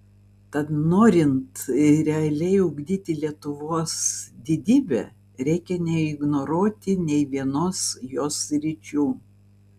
tad norint realiai ugdyti lietuvos didybę reikia neignoruoti nei vienos jos sričių